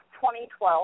2012